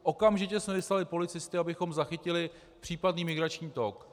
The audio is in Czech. Okamžitě jsme vyslali policisty, abychom zachytili případný migrační tok.